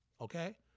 okay